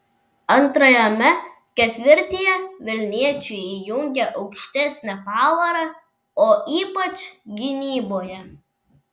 antrajame ketvirtyje vilniečiai įjungė aukštesnę pavarą o ypač gynyboje